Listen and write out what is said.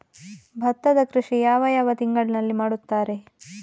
ಭತ್ತದ ಕೃಷಿ ಯಾವ ಯಾವ ತಿಂಗಳಿನಲ್ಲಿ ಮಾಡುತ್ತಾರೆ?